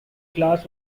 class